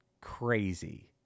crazy